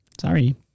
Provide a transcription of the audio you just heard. Sorry